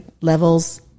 levels